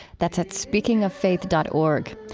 that's at speakingoffaith dot org.